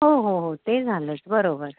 हो हो हो ते झालंच बरोबर